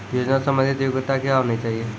योजना संबंधित योग्यता क्या होनी चाहिए?